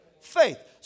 faith